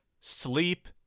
sleep